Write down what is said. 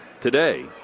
today